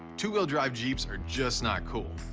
two-wheel drive jeeps are just not cool,